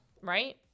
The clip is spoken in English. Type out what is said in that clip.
Right